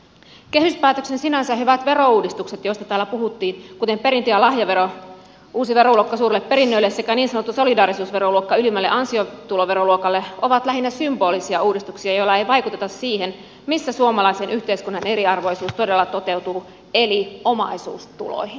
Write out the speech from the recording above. kehyspäätöksen sinänsä hyvät verouudistukset joista täällä puhuttiin kuten perintö ja lahjavero uusi veroluokka suurille perinnöille sekä niin sanottu solidaarisuusveroluokka ylimmälle ansiotuloveroluokalle ovat lähinnä symbolisia uudistuksia joilla ei vaikuteta siihen missä suomalaisen yhteiskunnan eriarvoisuus todella toteutuu eli omaisuustuloihin